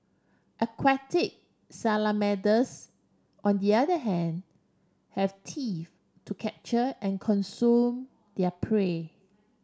aquatic salamanders on the other hand have teeth to capture and consume their prey